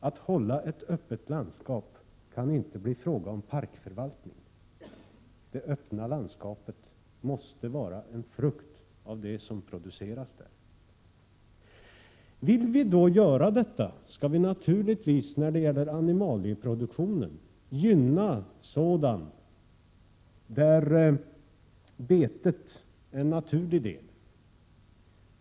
Att hålla ett öppet landskap kan inte bli en fråga om parkförvaltning. Det öppna landskapet måste vara en frukt av det som produceras där. Vill vi göra detta, skall vi naturligtvis när det gäller animalieproduktionen gynna sådan produktion där betet är en naturlig del.